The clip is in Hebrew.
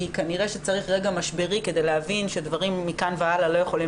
כנראה שצריך רגע משברי כדי להבין שדברים מכאן והלאה לא יכולים